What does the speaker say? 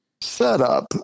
setup